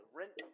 rent